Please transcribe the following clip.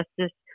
Justice